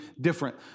different